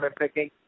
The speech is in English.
picking